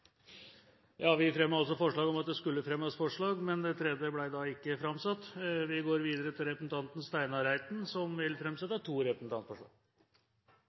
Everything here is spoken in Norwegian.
Vi fremmet altså forslag om at det skulle fremmes forslag, men det tredje ble ikke framsatt. Vi går videre til representanten Steinar Reiten, som vil framsette to representantforslag.